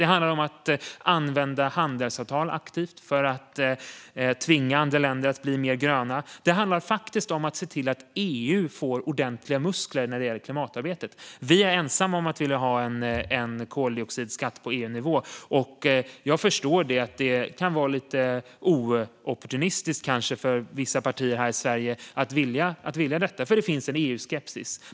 Det handlar om att använda handelsavtal aktivt för att tvinga andra länder att bli mer gröna. Det handlar också om att se till att EU får ordentliga muskler när det gäller klimatarbetet. Vi är ensamma om att vilja ha en koldioxidskatt på EU-nivå. Jag förstår att det kan vara lite "oopportunistiskt" för vissa partier här i Sverige att vilja detta, för det finns en EU-skepsis.